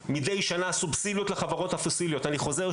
שקלה אותם והחליטה לא לקדם חיפושי גז נוספים.